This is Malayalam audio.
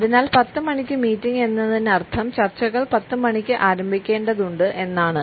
അതിനാൽ 10 മണിക്ക് മീറ്റിംഗ് എന്നതിനർത്ഥം ചർച്ചകൾ 10 മണിക്ക് ആരംഭിക്കേണ്ടതുണ്ട് എന്നാണ്